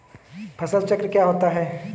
फसल चक्र क्या होता है?